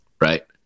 right